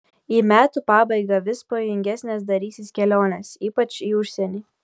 į metų pabaigą vis pavojingesnės darysis kelionės ypač į užsienį